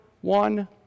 one